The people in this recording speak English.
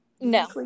No